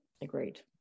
Agreed